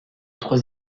trois